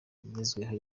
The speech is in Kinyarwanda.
igezweho